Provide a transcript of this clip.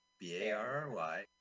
B-A-R-R-Y